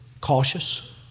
Cautious